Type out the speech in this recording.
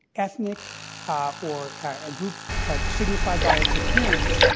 ethnicity ah or a group signified by its appearance,